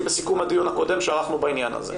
בסיכום הדיון הקודם שערכנו בעניין הזה.